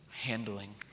handling